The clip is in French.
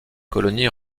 colonie